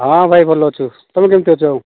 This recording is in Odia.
ହଁ ଭାଇ ଭଲ ଅଛୁ ତମେ କେମିତି ଅଛ